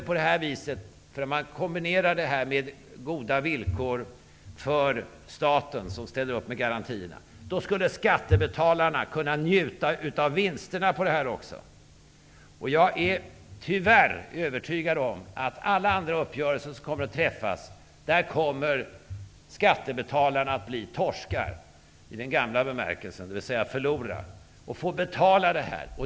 Om detta kombineras med goda villkor för staten som ställer upp med garantierna skulle skattebetalarna kunna njuta av vinsterna av detta. Jag är tyvärr övertygad om att i alla andra uppgörelser som kommer att träffas kommer skattebetalarna att bli torskar i den gamla bemärkelsen, dvs. att de kommer att förlora, och få betala detta.